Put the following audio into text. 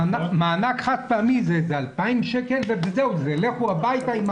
מענק חד-פעמי זה 2,000 שקל, וזהו זה, לכו הביתה.